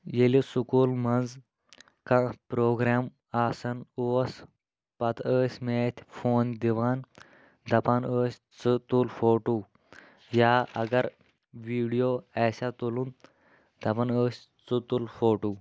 ییٚلہِ سکوٗل منٛز کانٛہہ پرٛوگرام آسان اوس پتہٕ ٲسۍ مےٚ اَتھِ فون دِوان دَپان ٲسۍ ژٕ تُل فوٹوٗ یا اگر ویٖڈیو آسہِ ہا تُلُن دَپان ٲسۍ ژٕ تُل فوٹوٗ